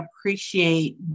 appreciate